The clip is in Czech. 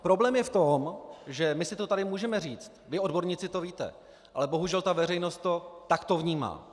Problém je v tom, že my si to tady můžeme říct, vy odborníci to víte, ale bohužel ta veřejnost to takto vnímá.